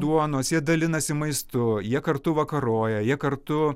duonos jie dalinasi maistu jie kartu vakaroja jie kartu